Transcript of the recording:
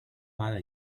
发展